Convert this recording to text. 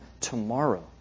tomorrow